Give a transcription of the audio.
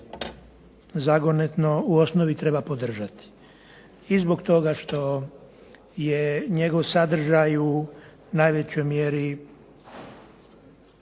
zagonetno u osnovi treba podržati i zbog toga što je njegov sadržaj u najvećoj mjeri